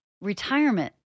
retirement